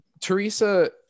Teresa